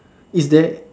is there